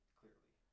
clearly